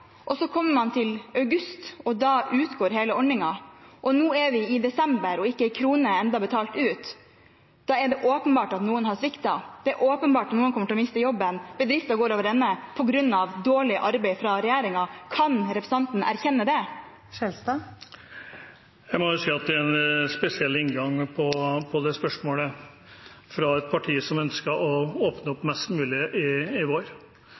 og så kommer man til august, og da utgår hele ordningen – og nå er vi i desember, og ikke en krone er ennå betalt ut – da er det åpenbart at noen har sviktet. Det er åpenbart at noen kommer til å miste jobben, bedrifter går over ende på grunn av dårlig arbeid fra regjeringen. Kan representanten erkjenne det? Jeg må si at det er en spesiell inngang på det spørsmålet fra et parti som ønsket å åpne opp mest mulig i vår.